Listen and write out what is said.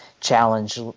challenge